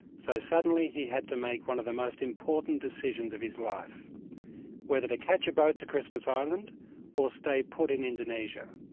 so suddenly he had to make one of the most important decisions of his life whether to catch a boat to christmas island or stay put in indonesia.